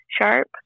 sharp